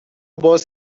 باز